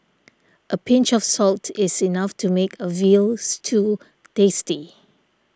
a pinch of salt is enough to make a Veal Stew tasty